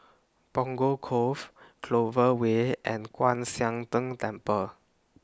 Punggol Cove Clover Way and Kwan Siang Tng Temple